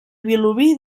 vilobí